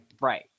Right